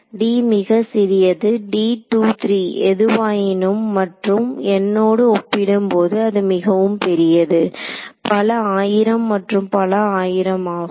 d மிக சிறியது d 2 3 எதுவாயினும் மற்றும் n ஓடு ஒப்பிடும் போது அது மிகவும் பெரியது பல 1000 மற்றும் பல 1000 ஆகும்